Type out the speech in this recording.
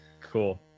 Cool